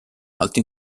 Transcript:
alto